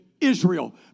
Israel